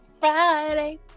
Friday